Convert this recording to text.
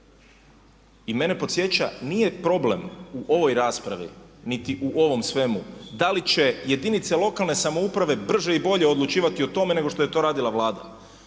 I mene podsjeća, nije problem u ovoj raspravi niti u ovom svemu da li će jedinice lokalne samouprave brže i bolje odlučivati o tome nego što je to radila Vlada,